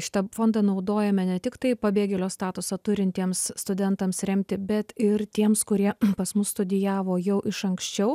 šitą fondą naudojame ne tiktai pabėgėlio statusą turintiems studentams remti bet ir tiems kurie pas mus studijavo jau iš anksčiau